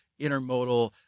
intermodal